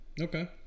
Okay